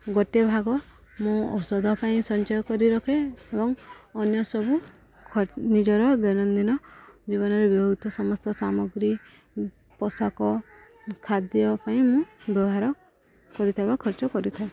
ଗୋଟିଏ ଭାଗ ମୁଁ ଔଷଧ ପାଇଁ ସଞ୍ଚୟ କରି ରଖେ ଏବଂ ଅନ୍ୟ ସବୁ ନିଜର ଦୈନନ୍ଦିନ ଜୀବନରେ ବ୍ୟବହୃତ ସମସ୍ତ ସାମଗ୍ରୀ ପୋଷାକ ଖାଦ୍ୟ ପାଇଁ ମୁଁ ବ୍ୟବହାର କରିଥିବା ଖର୍ଚ୍ଚ କରିଥାଏ